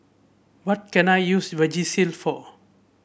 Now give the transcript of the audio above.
what can I use Vagisil for